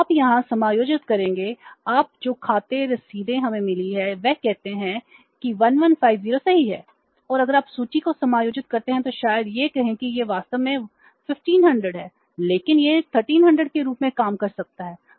तो आप यहां समायोजित करेंगे अब जो खाते रसीदें हमें मिली हैं वे कहते हैं कि 1150 सही है अगर आप सूची को समायोजित करते हैं तो शायद यह कहें कि यह वास्तव में 1500 है लेकिन यह 1300 के रूप में काम कर सकता है